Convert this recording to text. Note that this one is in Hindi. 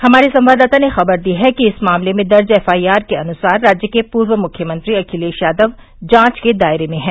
हमारे संवाददाता ने ख़बर दी है कि इस मामले में दर्ज एफ आईआर के अनुसार राज्य के पूर्व मुख्यमंत्री अखिलेश यादव जाँच के दायरे में हैं